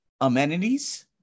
Amenities